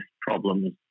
problems